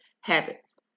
habits